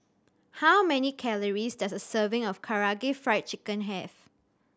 how many calories does a serving of Karaage Fried Chicken have